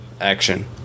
Action